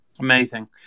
Amazing